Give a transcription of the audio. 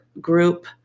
group